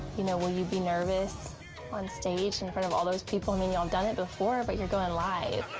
you know, will you be nervous on stage in front of all those people? i mean y'all have done it before, but you're going live.